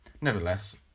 nevertheless